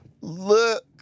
look